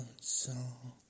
song